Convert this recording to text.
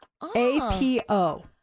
A-P-O